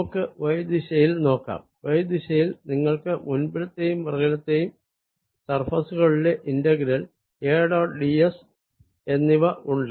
നമുക്ക് y ദിശയിൽ നോക്കാം y ദിശയിൽ നിങ്ങൾക്ക് മുൻപിലെയും പിറകിലെയും സർഫേസുകളിലെ integral A dot d s എന്നിവ ഉണ്ട്